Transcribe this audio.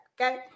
Okay